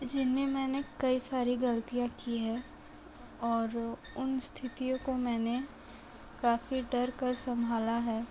जिनमें मैंने कई सारी गलतियाँ की है और उन स्थितियों को मैंने काफ़ी डर कर संभाला है